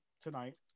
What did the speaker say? tonight